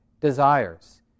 desires